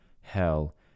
hell